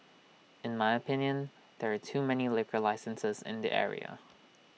in my opinion there are too many liquor licenses in the area